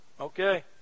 Okay